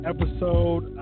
Episode